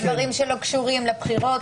על דברים שלא קשורים לבחירות,